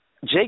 Jake